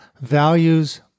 values